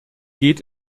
geht